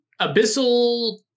abyssal